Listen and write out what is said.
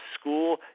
school